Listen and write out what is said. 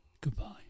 goodbye